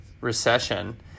recession